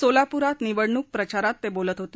सोलापूरात निवडणूक प्रचारात ते बोलत होते